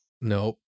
Nope